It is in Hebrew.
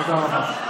תודה רבה.